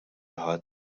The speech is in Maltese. ħadd